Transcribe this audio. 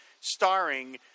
starring